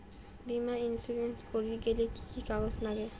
বীমা ইন্সুরেন্স করির গেইলে কি কি কাগজ নাগে?